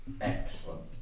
excellent